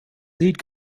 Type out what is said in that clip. lead